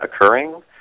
occurring